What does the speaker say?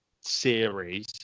series